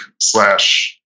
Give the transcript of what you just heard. slash